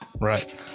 Right